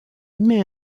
émet